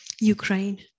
Ukraine